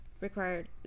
required